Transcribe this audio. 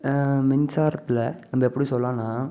மின்சாரத்தில் நம்ம எப்படி சொல்லான்னால்